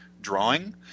drawing